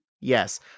Yes